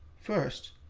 first,